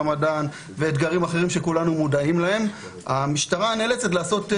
רמדאן ואתגרים אחרים שכולנו מודעים להם המשטרה נאלצת לעשות תעדוף.